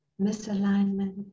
misalignment